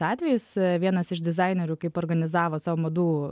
atvejis vienas iš dizainerių kaip organizavo savo madų